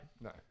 No